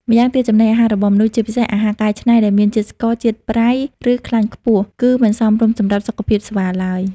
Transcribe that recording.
ម្យ៉ាងទៀត ចំណីអាហាររបស់មនុស្ស ជាពិសេសអាហារកែច្នៃដែលមានជាតិស្ករ ជាតិប្រៃ ឬខ្លាញ់ខ្ពស់ គឺមិនសមរម្យសម្រាប់សុខភាពស្វាឡើយ។